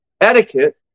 Etiquette